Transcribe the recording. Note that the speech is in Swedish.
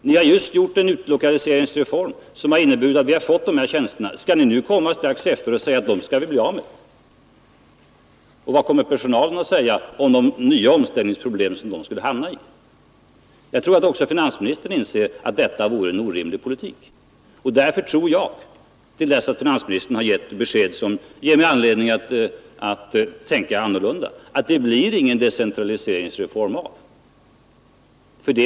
Ni har just genomfört en utlokaliseringsreform som har inneburit att vi har fått dessa tjänster, skall vi nu strax bli av med dem? Och personalen kommer att peka på de nya omställningsproblem som man skulle drabbas av. Även finansministern måste inse att detta är en orimlig politik. Därför tror jag inte att det blir någon decentraliseringsreform.